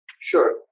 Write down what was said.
Sure